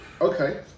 Okay